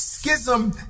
Schism